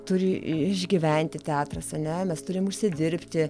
turi išgyventi teatras ane mes turim užsidirbti